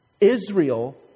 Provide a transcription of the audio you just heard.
Israel